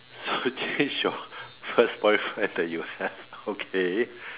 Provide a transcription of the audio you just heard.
so change your first boyfriend that you have okay